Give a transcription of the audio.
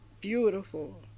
beautiful